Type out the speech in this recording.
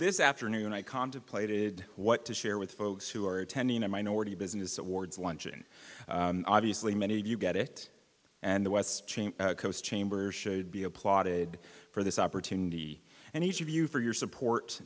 this afternoon i contemplated what to share with folks who are attending a minority business awards luncheon obviously many of you got it and the west changed coast chambers should be applauded for this opportunity and each of you for your support